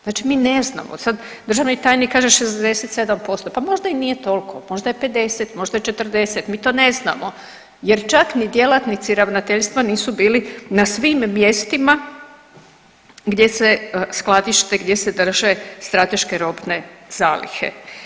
Znači mi ne znamo, sad državni tajnik kaže 67% pa možda i nije toliko, možda je 50%, možda je 40% mi to ne znamo jer čak ni djelatnici ravnateljstva nisu bili na svim mjestima gdje se skladište, gdje se drže strateške robne zalihe.